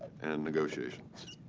and negotiations.